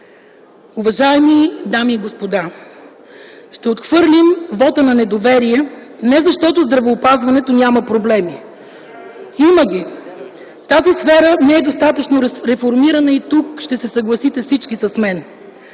Уважаеми дами и господа, ще отхвърлим вота на недоверие, не защото здравеопазването няма проблеми, има ги. (Шум и реплики от КБ.) Тази сфера не е достатъчно реформирана и тук ще се съгласите всички с мен,